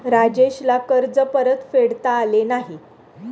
राजेशला कर्ज परतफेडता आले नाही